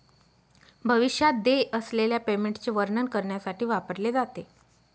भविष्यात देय असलेल्या पेमेंटचे वर्णन करण्यासाठी वापरले जाते